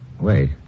Wait